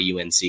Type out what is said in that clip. UNC